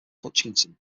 hutchinson